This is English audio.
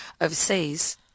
overseas